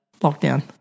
lockdown